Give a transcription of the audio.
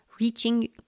reaching